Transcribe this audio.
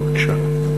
בבקשה.